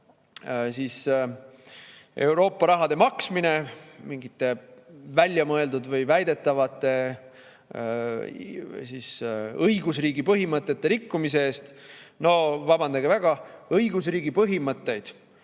Euroopa raha maksmine mingite väljamõeldud või väidetavate õigusriigi põhimõtete rikkumiste eest. No vabandage väga! Õigusriigi põhimõtteid